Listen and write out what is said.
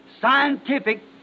scientific